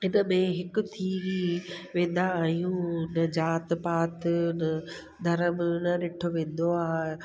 हिन में हिकु थी वेंदा आहियूं न ज़ाति पात न धर्म न ॾिठो वेंदो आहे